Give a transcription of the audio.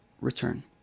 Return